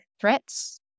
threats